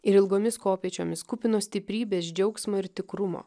ir ilgomis kopėčiomis kupinu stiprybės džiaugsmo ir tikrumo